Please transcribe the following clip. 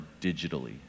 digitally